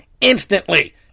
instantly